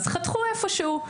אז חתכו איפשהו.